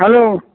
hello